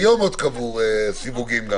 עוד היום קבעו סיווגים.